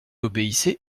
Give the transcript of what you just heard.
obéissait